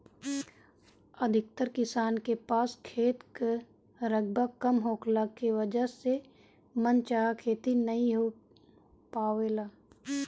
अधिकतर किसान के पास खेत कअ रकबा कम होखला के वजह से मन चाहा खेती नाइ हो पावेला